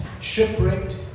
shipwrecked